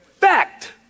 fact